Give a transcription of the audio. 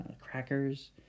crackers